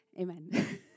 amen